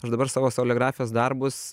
aš dabar savo soleografijos darbus